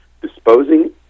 disposing